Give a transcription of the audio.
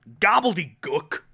gobbledygook